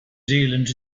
zealand